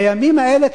בימים האלה,